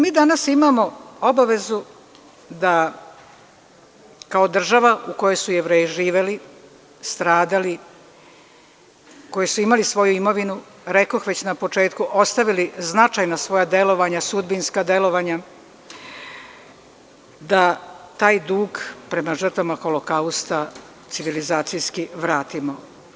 Mi danas imamo obavezu da kao država u kojoj su Jevreji živeli, stradali, koji su imali svoju imovinu, rekoh već na početku ostavili značajna svoja delovanja, sudbinska delovanja, da taj dug prema žrtvama holokausta civilizacijski vratimo.